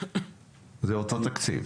זה אותו תקציב?